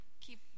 keep